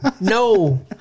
no